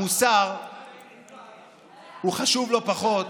המוסר חשוב לא פחות